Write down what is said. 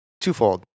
twofold